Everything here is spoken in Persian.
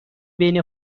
بین